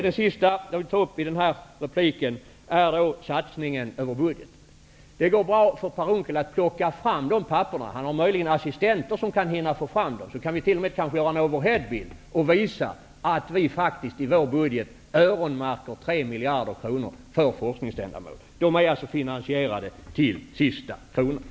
Det sista jag vill ta upp i den här repliken är vår satsning över budgeten. Det går bra för Per Unckel att plocka fram de papperen. Möjligen har han assistenter som kan hinna få fram dem; vi kanske t.o.m. kan göra en overheadbild och visa att vi i vår budget faktiskt öronmärker 3 miljarder kronor för forskningsändamål. De är finansierade till sista kronan.